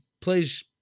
plays